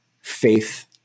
faith